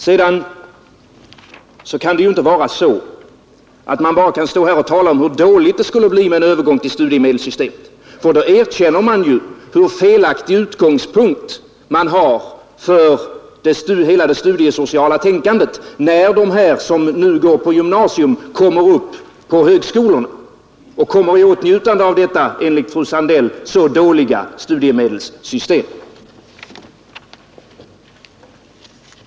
Vidare kan man inte bara tala om hur dåligt det skulle bli med en övergång till studiemedelssystemet, för då erkänner man ju hur felaktig utgångspunkt man har för hela det studiesociala tänkandet, när de som nu går på gymnasium kommer upp på högskolorna och kommer i åtnjutande av detta enligt fröken Sandell så dåliga studiemedelssystem.